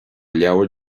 leabhar